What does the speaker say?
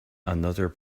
another